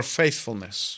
faithfulness